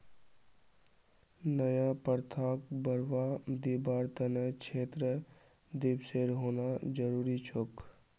नया प्रथाक बढ़वा दीबार त न क्षेत्र दिवसेर होना जरूरी छोक